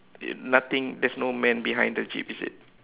it nothing there is no man behind the jeep is it